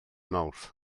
mawrth